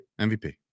MVP